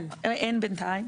אין בינתיים,